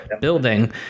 building